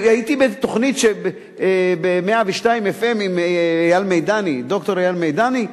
הייתי באיזו תוכנית ב-102 FM עם ד"ר אייל מדני,